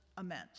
immense